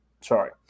Sorry